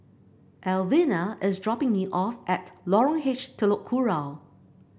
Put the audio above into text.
Elvina is dropping me off at Lorong H Telok Kurau